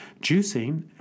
Juicing